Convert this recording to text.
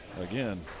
Again